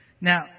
Now